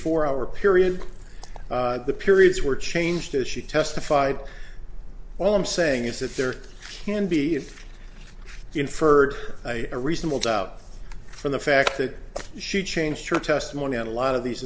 four hour period the periods were changed as she testified all i'm saying is that there can be if inferred a reasonable doubt from the fact that she changed her testimony on a lot of these